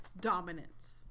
dominance